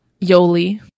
Yoli